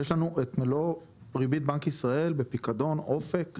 ויש לנו את מלוא ריבית בנק ישראל בפיקדון אופק.